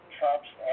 Trump's